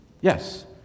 Yes